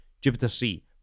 Jupiter-C